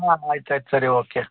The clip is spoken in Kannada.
ಹಾಂ ಆಯ್ತು ಆಯ್ತು ಸರಿ ಓಕೆ